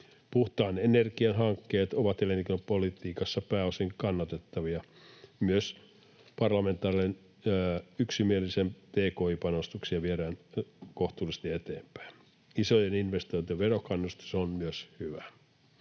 Puhtaan energian hankkeet ovat elinkeinopolitiikassa pääosin kannatettavia, myös parlamentaarisesti yksimielisiä tki-panostuksia viedään kohtuullisesti eteenpäin. Isojen investointien verokannustus on myös hyvä.